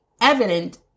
evident